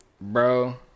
Bro